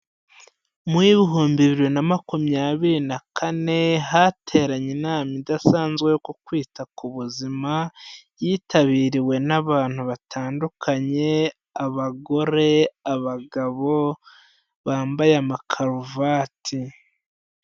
Mu w'ibihumbi bibiri na makumyabiri na kane, hateranye inama idasanzwe yo ku kwita ku buzima, yitabiriwe n'abantu batandukanye abagore, abagabo bambaye amakaruvati.